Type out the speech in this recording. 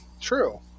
True